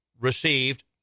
received